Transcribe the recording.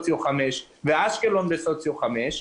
ואשדוד ואשקלון הן בסוציו 5,